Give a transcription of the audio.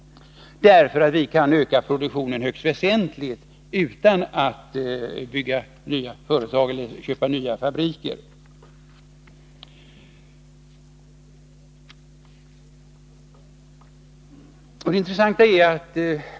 Vi kan nämligen öka produktionen högst väsentligt utan att bygga nya fabriker.